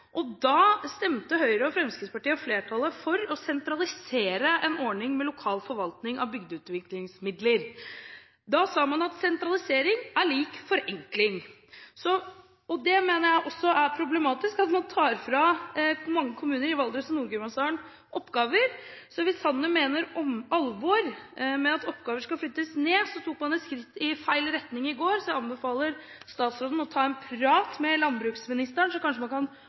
og da stemte Høyre og Fremskrittspartiet og flertallet for å sentralisere en ordning med lokal forvaltning av bygdeutviklingsmidler. Da sa man at sentralisering er lik forenkling. Det mener jeg også er problematisk – at man tar fra mange kommuner i Valdres og Nord-Gudbrandsdalen oppgaver. Hvis Sanner mener alvor med at oppgaver skal flyttes ned, tok man et skritt i feil retning i går. Jeg anbefaler statsråden å ta en prat med landbruksministeren, så kanskje man kan